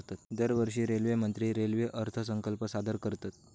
दरवर्षी रेल्वेमंत्री रेल्वे अर्थसंकल्प सादर करतत